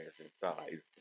inside